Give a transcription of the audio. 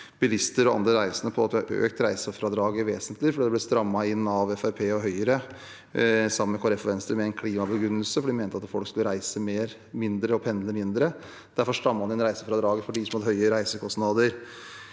bilister og andre reisende om at vi har økt reisefradraget vesentlig. Det ble strammet inn av Fremskrittspartiet og Høyre, sammen med Kristelig Folkeparti og Venstre, med en klimabegrunnelse, for de mente at folk skulle reise mindre og pendle mindre. Derfor strammet man inn reisefradraget for dem som hadde høye reisekostnader.